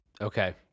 Okay